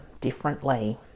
differently